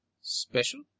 Special